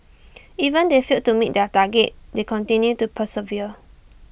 even if you failed to meet their targets they continue to persevere